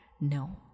No